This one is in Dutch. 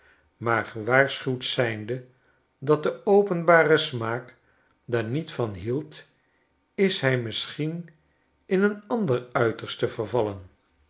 maargewaarschuwd zijnde dat de openbare smaak daar niet van hield is hij misschien in een ander uiterste vervallen